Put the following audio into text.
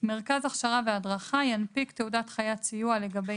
(ח) מרכז הכשרה והדרכה ינפיק תעודת חיית סיוע לגבי